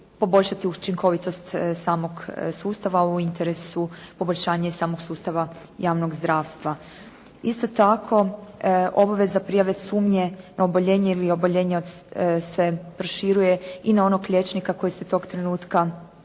poboljšati učinkovitost samog sustava u interesu poboljšanja i samog sustava javnog zdravstva. Isto tako, obaveza prijave sumnje na oboljenje ili oboljenja se proširuje i na onog liječnika koji se tog trenutka